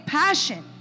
passion